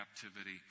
captivity